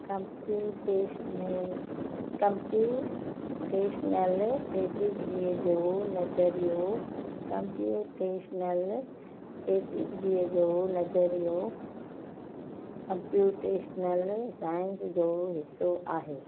computational computational पेचीदगीअ जो नज़रिओ कम्पयूटेशनल पेचीदगीअ जो नज़रिओ कम्पयूटेशनल साइंस जो हिसो आहे